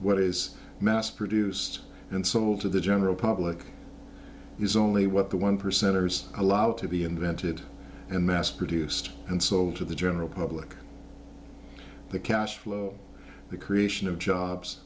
what is mass produced and sold to the general public is only what the one percenters allowed to be invented and mass produced and sold to the general public the cash flow the creation of jobs